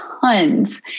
tons